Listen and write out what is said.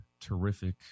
terrific